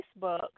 Facebook